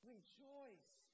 Rejoice